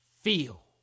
Feel